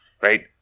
right